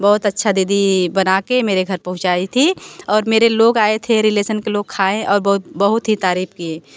बहुत अच्छा दीदी बनाके मेरे घर पहुँचाई थी और मेरे लोग आए थे रिलेसन के लोग खाए और बहु बहुत ही तारीफ़ किए